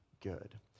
good